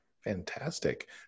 Fantastic